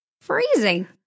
freezing